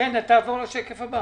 תעבור לשקף הבא.